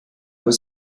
was